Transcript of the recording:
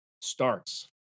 starts